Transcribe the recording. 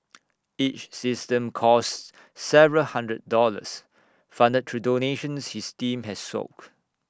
each system costs several hundred dollars funded through donations his team has sock